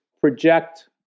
project